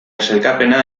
sailkapena